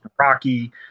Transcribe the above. rocky